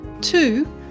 Two